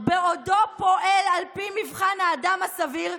בעודו פועל על פי 'מבחן האדם הסביר',